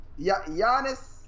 Giannis